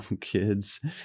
kids